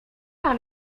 par